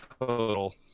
total